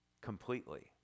completely